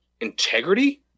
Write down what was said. integrity